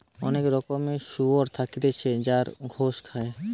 অনেক রকমের শুয়োর থাকতিছে যার গোস খায়